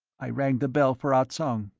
i rang the bell for ah tsong.